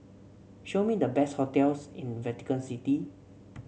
show me the best hotels in Vatican City